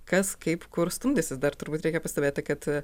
kas kaip kur stumdysis dar turbūt reikia pastebėti kad